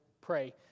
pray